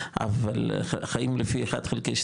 אבל חיים לפי 1/12,